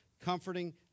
comforting